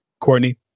Courtney